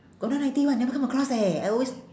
got nine ninety [one] I never come across leh I always